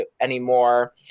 anymore